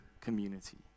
community